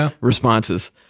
responses